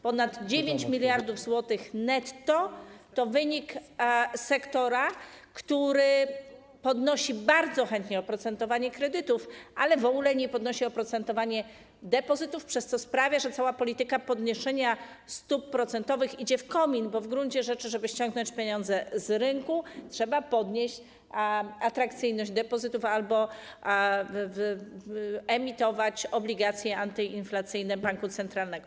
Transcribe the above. Ponad 9 mld zł netto to wynik sektora, który podnosi bardzo chętnie oprocentowanie kredytów, ale w ogóle nie podnosi oprocentowania depozytów, przez co sprawia, że cała polityka podnoszenia stóp procentowych idzie w komin, bo w gruncie rzeczy, żeby ściągnąć pieniądze z rynku, trzeba podnieść atrakcyjność depozytów albo wyemitować obligacje antyinflacyjne banku centralnego.